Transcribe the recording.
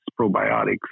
probiotics